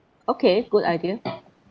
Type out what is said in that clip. okay good idea